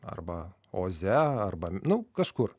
arba oze arba nu kažkur